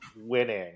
winning